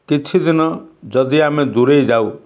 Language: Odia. କିଛିଦିନ ଯଦି ଆମେ ଦୂରେଇ ଯାଉ